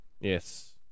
Yes